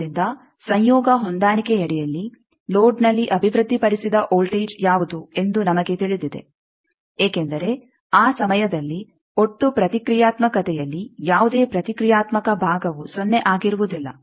ಆದ್ದರಿಂದ ಸಂಯೋಗ ಹೊಂದಾಣಿಕೆಯಡಿಯಲ್ಲಿ ಲೋಡ್ನಲ್ಲಿ ಅಭಿವೃದ್ಧಿಪಡಿಸಿದ ವೋಲ್ಟೇಜ್ ಯಾವುದು ಎಂದು ನಮಗೆ ತಿಳಿದಿದೆ ಏಕೆಂದರೆ ಆ ಸಮಯದಲ್ಲಿ ಒಟ್ಟು ಪ್ರತಿಕ್ರಿಯಾತ್ಮಕತೆಯಲ್ಲಿ ಯಾವುದೇ ಪ್ರತಿಕ್ರಿಯಾತ್ಮಕ ಭಾಗವು ಸೊನ್ನೆ ಆಗಿರುವುದಿಲ್ಲ